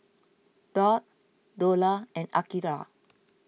Daud Dollah and Aqeelah